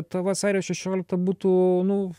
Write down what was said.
ta vasario šešiolikta būtų nu